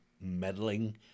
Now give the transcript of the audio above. meddling